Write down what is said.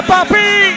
Papi